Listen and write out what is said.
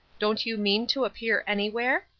don't you mean to appear anywhere?